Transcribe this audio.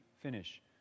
finish